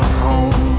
home